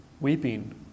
weeping